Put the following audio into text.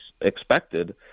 expected